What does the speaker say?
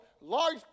large